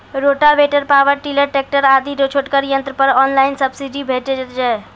Rotavator, power tiller, tractor आदि छोटगर यंत्र पर ऑनलाइन सब्सिडी भेटैत छै?